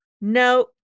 no